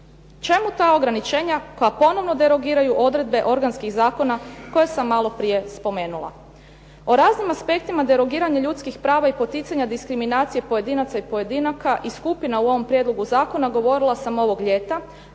Čemu ta ograničenja koja ponovo derogiraju odredbe organskih zakona koje sam malo prije spomenula. O raznim aspektima derogiranja ljudskih prava i poticanja diskriminacije pojedinaca i pojedinaka i skupina u ovom prijedlogu zakona govorila sam ovog ljeta,